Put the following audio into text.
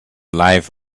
life